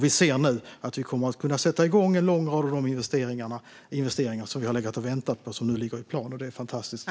Vi ser nu att vi kommer att kunna sätta i gång en lång rad av de investeringar som vi har väntat med och som nu finns med i planen, och det är fantastiskt.